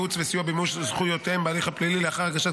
ייעוץ וסיוע במימוש זכויותיהם בהליך הפלילי לאחר הגשת